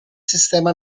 sistema